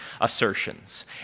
assertions